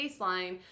baseline